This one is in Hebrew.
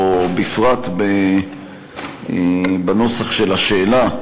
או בפרט בנוסח של השאלה,